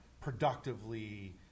productively